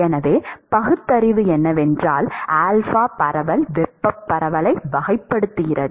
எனவே பகுத்தறிவு என்னவென்றால் பரவல் வெப்பப் பரவலை வகைப்படுத்துகிறது